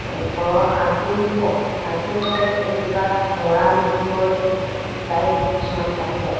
ঘৰৰ শান্তিনী বুলি কওঁ শান্তিনী ক'লে এই কিবা মৰা মৃতকৰ দায় দোষ কিছুমান থাকি যায়